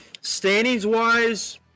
Standings-wise